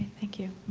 thank you.